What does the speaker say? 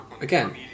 again